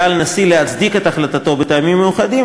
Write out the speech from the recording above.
על הנשיא להצדיק את החלטתו בטעמים מיוחדים,